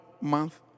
month